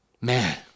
man